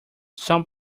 some